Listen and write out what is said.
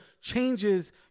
changes